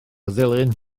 ddulyn